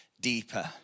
deeper